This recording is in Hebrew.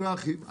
לא ארחיב.